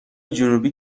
جنوبی